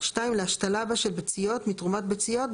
(2) להשתלה בה של ביציות מתרומת ביציות,